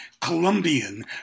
Colombian